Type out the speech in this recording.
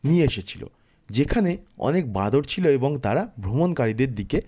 নিয়ে এসেছিলো যেখানে অনেক বাঁদর ছিলো এবং তারা ভ্রমণকারীদের দিকে